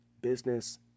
business